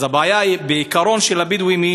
אז הבעיה של הבדואים,